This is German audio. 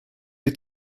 die